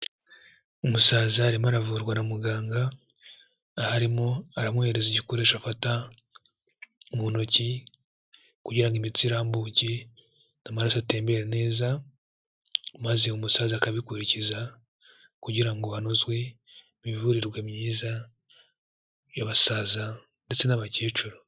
Umusaza arimo aravurwa na muganga, aho arimo aramuhereza igikoresho afata mu ntoki, kugira ngo imitsi irambuke n'amaraso atembera neza, maze umusaza akabikurikiza kugira ngo hanozwe imivurirwe myiza y'abasaza ndetse n'abakecuru.